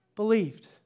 Believed